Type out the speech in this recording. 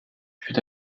fut